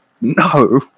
no